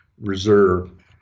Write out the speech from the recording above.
reserve